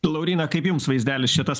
lauryna kaip jums vaizdelis čia tas